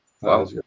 Wow